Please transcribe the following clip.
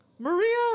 Maria